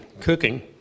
cooking